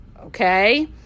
okay